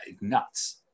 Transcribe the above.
Nuts